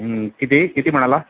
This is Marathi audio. किती किती म्हणाला